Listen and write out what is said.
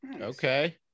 okay